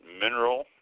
mineral